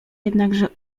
jednakże